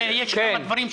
הרי יש שם דברים שעומדים,